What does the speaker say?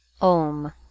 OM